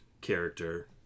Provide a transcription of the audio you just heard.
character